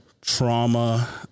trauma